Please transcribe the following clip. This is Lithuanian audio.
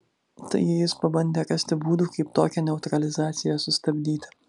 taigi jis pabandė rasti būdų kaip tokią neutralizaciją sustabdyti